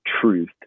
truth